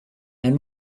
and